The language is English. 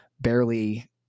barely